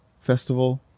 Festival